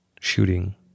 shooting